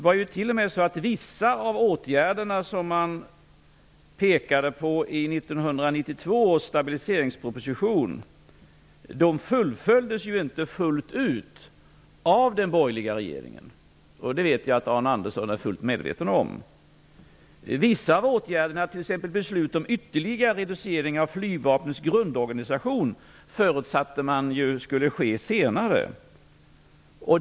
Vissa av de åtgärder som man pekade på i 1992 års stabiliseringsproposition fullföljdes inte fullt ut av den borgerliga regeringen. Det vet jag att Arne Andersson är fullt medveten om. Vissa av åtgärderna, t.ex. beslut om ytterligare reducering av Flygvapnets grundorganisation, förutsatte man skulle ske senare.